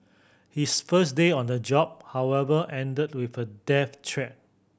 his first day on the job however ended with a death threat